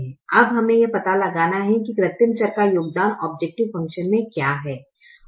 अब हमें यह पता लगाना है कि कृत्रिम चर का योगदान औब्जैकटिव फंकशन में क्या है